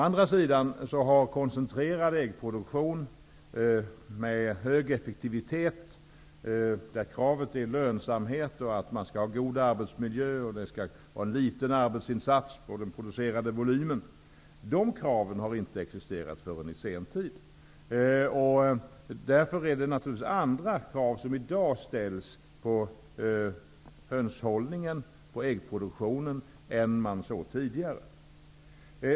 En koncentrerad äggproduktion, med krav på hög effektivtet och lönsamhet och krav på liten arbetsinsats för den producerade volymen, har emellertid inte tidigare existerat. I dag ställs andra krav på hönshållningen och äggproduktionen än tidigare.